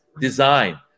design